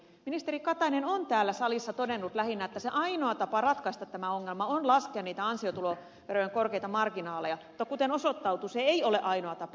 ministeri katainen on täällä salissa todennut lähinnä että ainoa tapa ratkaista tämä ongelma on laskea ansiotuloveron korkeita marginaaleja mutta kuten osoittautui se ei ole ainoa tapa